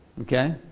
okay